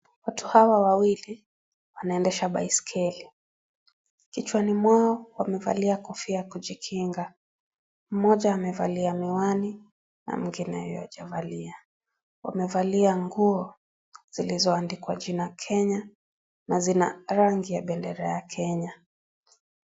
Watu hawa wawili wanaendesha baiskeli, kichwani mwao wamevalia kofia ya kujikinga mmoja amevalia miwani mwingine hajavalia, wamevalia nguo zilizoandikwa Kenya na zina rangi ya bendera ya Kenya.